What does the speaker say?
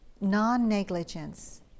non-negligence